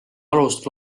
alust